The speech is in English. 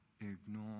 ignore